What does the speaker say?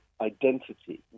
identity